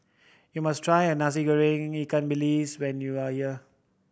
you must try a Nasi Goreng ikan bilis when you are here